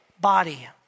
body